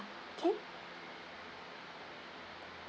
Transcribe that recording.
can